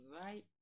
right